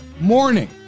morning